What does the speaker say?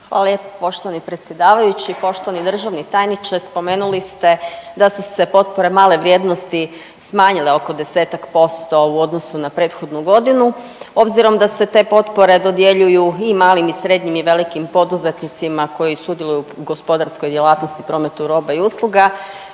gospodine predsjedavajući. Poštovani državni tajniče spomenuli ste da su se potpore male vrijednosti smanjile oko desetak posto u odnosu na prethodnu godinu. Obzirom da se te potpore dodjeljuju i malim i srednjim i velikim poduzetnicima koji sudjeluju u gospodarskoj djelatnosti prometu roba i usluga,